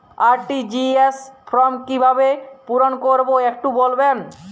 RTGS form কিভাবে পূরণ করবো একটু বলবেন?